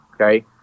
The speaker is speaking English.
Okay